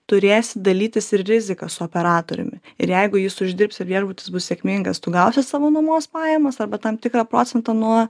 turėsi dalytis ir rizika su operatoriumi ir jeigu jis uždirbs ir viešbutis bus sėkmingas tu gausi savo nuomos pajamas arba tam tikrą procentą nuo